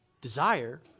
desire